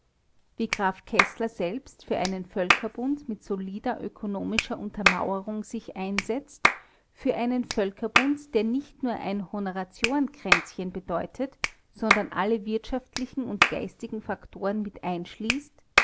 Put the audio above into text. wie graf keßler selbst für einen völkerbund mit solider ökonomischer untermauerung sich einsetzt für einen völkerbund der nicht nur ein honoratiorenkränzchen bedeutet sondern alle wirtschaftlichen und geistigen faktoren